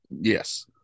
Yes